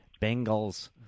Bengals